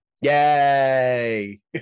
Yay